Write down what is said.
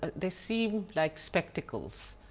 they seem like spectacles,